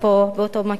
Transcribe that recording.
באותו מקום,